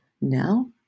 now